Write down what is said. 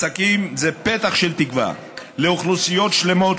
עסקים זה פתח של תקווה לאוכלוסיות שלמות